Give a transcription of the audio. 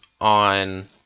on